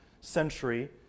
century